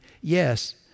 Yes